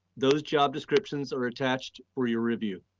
those job descriptions are attached for your review.